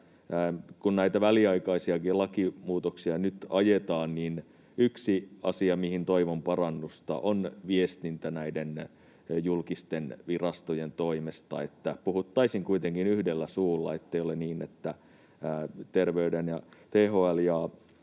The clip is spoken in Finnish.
Kun näitä väliaikaisiakin lakimuutoksia nyt ajetaan, niin yksi asia, mihin toivon parannusta, on viestintä näiden julkisten virastojen toimesta, niin että puhuttaisiin kuitenkin yhdellä suulla eikä olisi niin, että THL ja STM